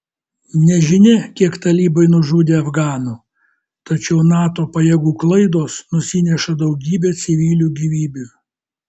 nežinia kiek talibai nužudė afganų tačiau nato pajėgų klaidos nusineša daugybę civilių gyvybių